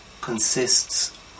consists